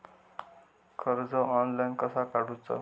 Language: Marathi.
कर्ज ऑनलाइन कसा काडूचा?